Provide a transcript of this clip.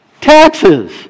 taxes